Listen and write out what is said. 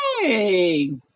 Hey